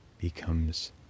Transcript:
becomes